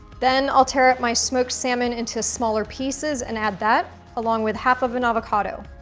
then i'll tear up my smoked salmon into smaller pieces and add that, along with half of an avocado.